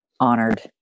honored